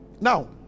Now